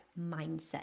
mindset